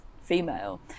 female